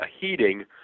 heating